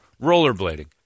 rollerblading